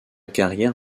carrière